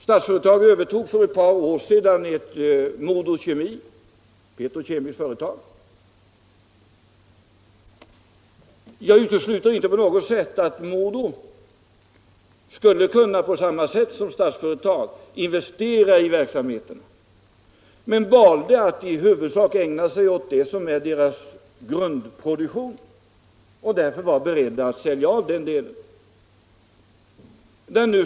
Statsföretag övertog för ett par år sedan ett petrokemiskt företag, Mo DoKemi. Jag utesluter inte på något sätt möjligheten att MoDo på samma sätt som Statsföretag skulle kunnat investera i verksamheten, men företaget valde att i huvudsak ägna sig åt det som är dess grundproduktion och beslöt därför att sälja den petrokemiska delen.